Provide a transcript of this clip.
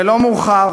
ולא מאוחר.